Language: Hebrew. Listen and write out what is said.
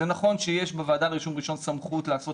זה נכון שיש בוועדת רישום ראשון סמכות לעשות